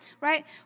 right